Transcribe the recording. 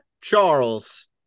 Charles